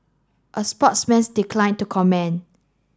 a sportsman declined to comment